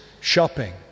shopping